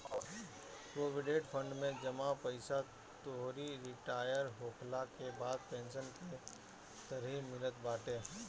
provident fund में जमा पईसा तोहरी रिटायर होखला के बाद पेंशन के तरही मिलत बाटे